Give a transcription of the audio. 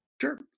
sure